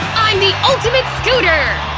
i'm the ultimate scooter!